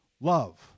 love